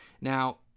Now